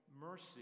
Mercy